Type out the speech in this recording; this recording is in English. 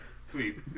Sweet